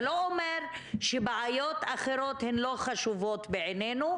זה לא אומר שבעיות אחרות לא חשובות בעינינו,